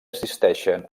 assisteixen